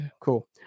Cool